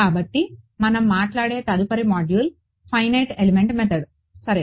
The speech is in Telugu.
కాబట్టి మనం మాట్లాడే తదుపరి మాడ్యూల్ ఫైనైట్ ఎలిమెంట్ మెథడ్ సరే